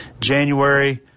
January